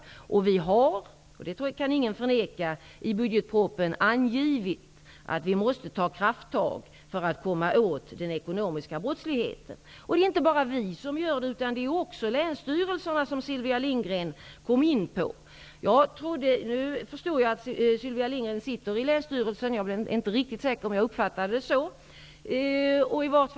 I budgetpropositionen har vi -- det kan ingen förneka -- angivit att vi måste ta krafttag för att komma åt den ekonomiska brottsligheten. Det är inte bara vi som har påpekat detta, utan det har också länsstyrelserna gjort, som Sylvia Lindgren nämnde. Jag förstår nu att Sylvia Lindgren sitter i Länsstyrelsen -- jag var inte riktigt säker på det tidigare.